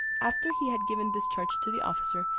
after he had given this charge to the officer,